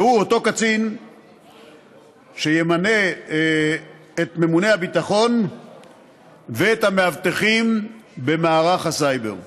והוא אותו קצין שימנה את ממונה הביטחון ואת המאבטחים במערך הסייבר.